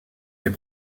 est